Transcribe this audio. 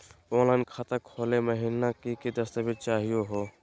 Online खाता खोलै महिना की की दस्तावेज चाहीयो हो?